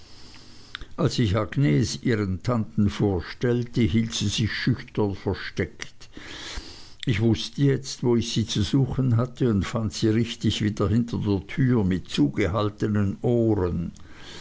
als ich agnes ihren tanten vorstellte hielt sie sich schüchtern versteckt ich wußte jetzt wo ich sie zu suchen hatte und fand sie richtig wieder hinter der tür mit zugehaltnen ohren